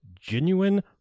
Genuine